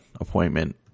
appointment